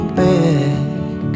back